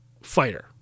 fighter